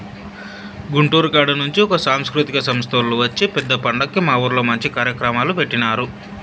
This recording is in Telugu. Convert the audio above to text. గుంటూరు కాడ నుంచి ఒక సాంస్కృతిక సంస్తోల్లు వచ్చి పెద్ద పండక్కి మా ఊర్లో మంచి కార్యక్రమాలు పెట్టినారు